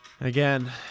Again